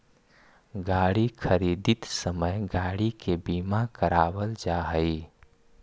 गाड़ी खरीदित समय गाड़ी के बीमा करावल जा हई